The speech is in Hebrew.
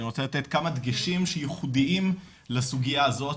אני רוצה לתת כמה דגשים שייחודיים לסוגייה הזאת,